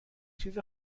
چیز